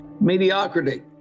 Mediocrity